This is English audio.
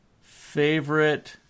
Favorite